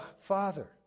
father